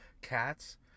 cats